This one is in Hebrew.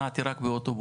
קודם נעתי רק באוטובוסים,